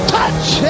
Touch